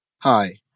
Hi